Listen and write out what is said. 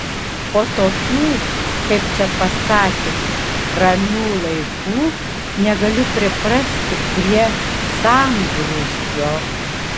po tokių kaip čia pasakius ramių laikų negaliu priprasti prie sambrūzdžio